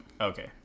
Okay